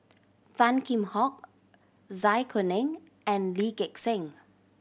Tan Kheam Hock Zai Kuning and Lee Gek Seng